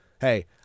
hey